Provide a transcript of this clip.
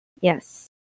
Yes